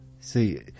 See